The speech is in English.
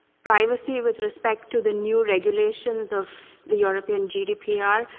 privacy with respect to the new regulations of the european gdpr,